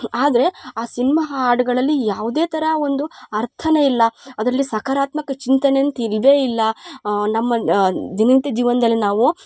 ಆದರೆ ಆ ಸಿನ್ಮ ಹಾಡುಗಳಲ್ಲಿ ಯಾವುದೇ ಥರ ಒಂದು ಅರ್ಥ ಇಲ್ಲ ಅದರಲ್ಲಿ ಸಕಾರಾತ್ಮಕ ಚಿಂತನೆಯಂತ ಇಲ್ವೇ ಇಲ್ಲ ನಮ್ಮ ದಿನನಿತ್ಯ ಜೀವ್ನದಲ್ಲಿ ನಾವು